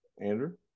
Andrew